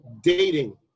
Dating